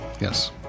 Yes